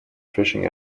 fishing